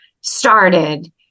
started